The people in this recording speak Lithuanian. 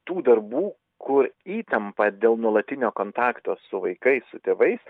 tų darbų kur įtampa dėl nuolatinio kontakto su vaikais su tėvais